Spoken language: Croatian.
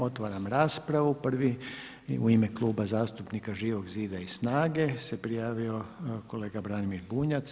Otvaram raspravu, prvi u ime Kluba zastupnika Živog zida i SNAGA-e se prijavio kolega Branimir Bunjac.